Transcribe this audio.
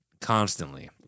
constantly